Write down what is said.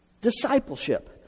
Discipleship